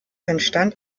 entstand